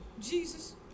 Jesus